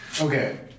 Okay